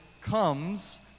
comes